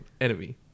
enemy